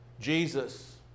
Jesus